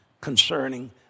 concerning